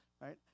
right